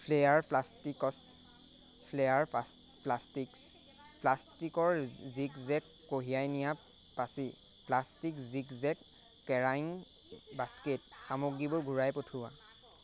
flair plastics flair plastics প্লাষ্টিকৰ zigzag কঢ়িয়াই নিয়া পাচি plastic zigzag carrying basket সামগ্ৰীবোৰ ঘূৰাই পঠিওৱা